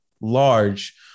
large